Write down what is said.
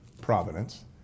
providence